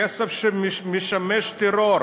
כסף שמשמש לטרור?